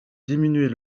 diminuer